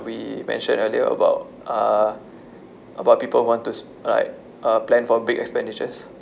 we mentioned earlier about uh about people want to sp~ like uh plan for big expenditures